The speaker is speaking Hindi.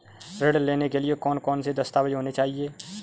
ऋण लेने के लिए कौन कौन से दस्तावेज होने चाहिए?